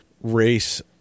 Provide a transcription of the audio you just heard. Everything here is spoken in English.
race